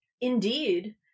indeed